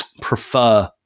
prefer